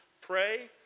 Pray